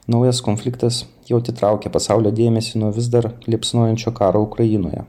naujas konfliktas jau atitraukė pasaulio dėmesį nuo vis dar liepsnojančio karo ukrainoje